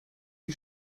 wie